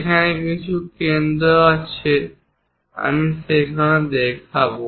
সেখানে কিছু কেন্দ্র আছে আমরা সেইভাবে দেখাব